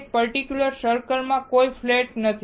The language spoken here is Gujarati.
આ પર્ટિક્યુલર સર્કલમાં કોઈ ફ્લેટ નથી